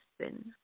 sin